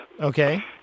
Okay